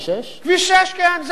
כביש 6, כן, זה עסק,